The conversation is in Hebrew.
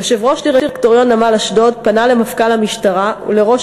יושב-ראש דירקטוריון "נמל אשדוד" פנה למפכ"ל המשטרה ולראש